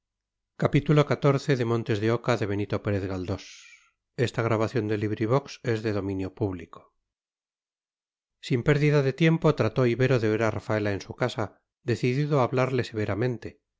sin pérdida de tiempo trató ibero de ver a rafaela en su casa decidido a hablarle severamente